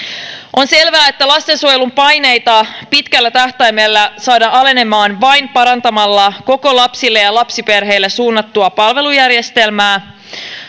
on selvää että lastensuojelun paineita pitkällä tähtäimellä saadaan alenemaan vain parantamalla koko lapsille ja lapsiperheille suunnattua palvelujärjestelmää